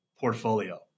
portfolio